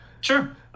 sure